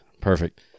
Perfect